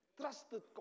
trusted